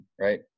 right